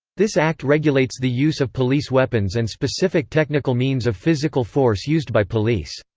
this act regulates the use of police weapons and specific technical means of physical force used by police.